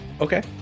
Okay